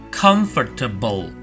comfortable